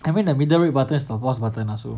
I mean the middle red button is the pause button lah so